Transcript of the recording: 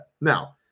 now